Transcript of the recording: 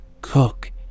cook